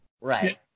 Right